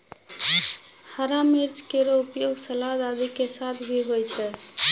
हरा मिर्च केरो उपयोग सलाद आदि के साथ भी होय छै